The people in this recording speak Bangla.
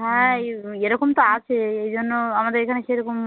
হ্যাঁ এই এরকম তো আছে এজন্য আমাদের এখানে সেরকম